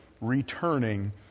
returning